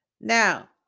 now